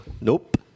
Nope